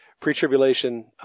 pre-tribulation